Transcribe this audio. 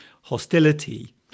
hostility